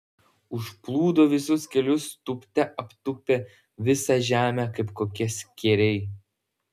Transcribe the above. užplūdo visus kelius tūpte aptūpė visą žemę kaip kokie skėriai